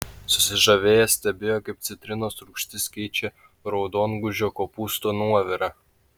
susižavėję stebėjo kaip citrinos rūgštis keičia raudongūžio kopūsto nuovirą